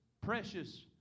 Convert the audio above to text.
precious